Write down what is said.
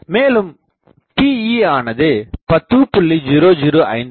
மேலும் Pe ஆனது 10